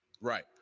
Right